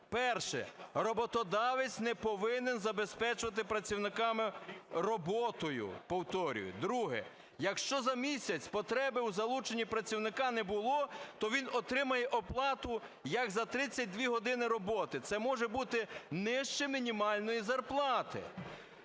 Перше. Роботодавець не повинен забезпечувати працівників роботою, повторюю. Друге. Якщо за місяць потреби у залучені працівника не було, то він отримає оплату як за 32 години роботи, це може бути нижче мінімальної зарплати.